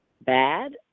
bad